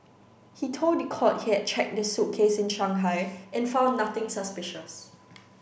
he told the court he had check the suitcase in Shanghai and found nothing suspicious